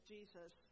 Jesus